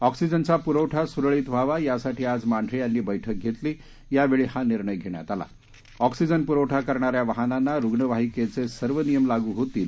ऑक्सिजनचा पुरवठा सुरळीत व्हावा यासाठी आज मांढरे यांनी बछ्कि घेतली यावेळी हा निर्णय घेण्यात आला ऑक्सिजन पुरवठा करणाऱ्या वाहनांना रुग्णवाहिकेचे सर्व नियम लागू होतील असं यावेळी सांगण्यात आले